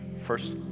first